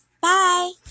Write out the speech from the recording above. Bye